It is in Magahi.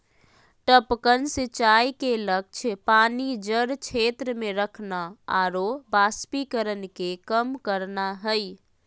टपकन सिंचाई के लक्ष्य पानी जड़ क्षेत्र में रखना आरो वाष्पीकरण के कम करना हइ